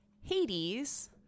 Hades